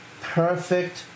perfect